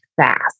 fast